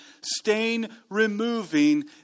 stain-removing